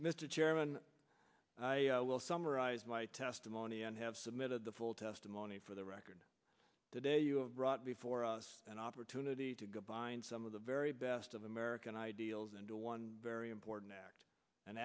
chairman i will summarize my testimony and have submitted the full testimony for the record today you have brought before us an opportunity to go bind some of the very best of american ideals into one very important a